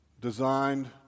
designed